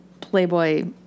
Playboy